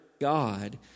god